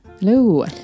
Hello